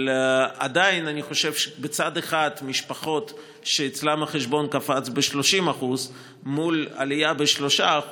אבל עדיין אני חושב שמשפחות שאצלן החשבון קפץ ב-30% מול עלייה ב-3%